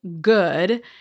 good